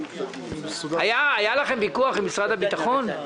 היה לכם ויכוח עם משרד הביטחון?